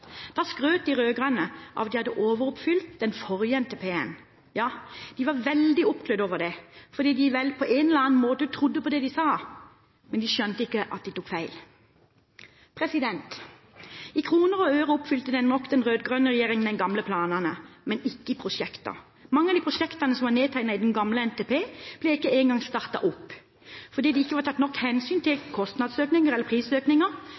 Da skrøt de rød-grønne av at de hadde overoppfylt den forrige NTP-en. Ja, de var veldig oppglødd over det fordi de vel på en eller annen måte trodde på det de sa. Men de skjønte ikke at de tok feil. I kroner og øre oppfylte nok den rød-grønne regjeringen den gamle planen, men ikke i prosjekter. Mange av de prosjektene som var nedtegnet i den gamle NTP-en, ble ikke engang startet opp fordi det ikke var tatt nok hensyn til kostnadsøkninger eller prisøkninger